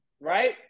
right